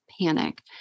panic